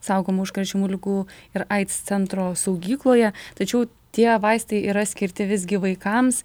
saugoma užkrečiamų ligų ir aids centro saugykloje tačiau tie vaistai yra skirti visgi vaikams